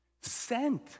Sent